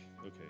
okay